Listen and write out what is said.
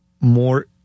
more